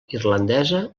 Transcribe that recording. irlandesa